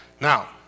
Now